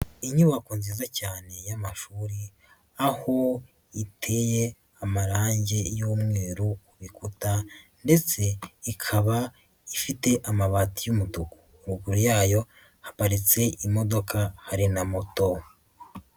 Inyubako nziza cyane y'amashuri, aho iteye amarangi y'umweru ku bikuta ndetse ikaba ifite amabati y'umutuku. Ruru yayo haparitse imodoka hari na moto.